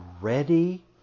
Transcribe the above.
ready